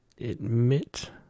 Admit